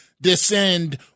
descend